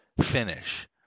finish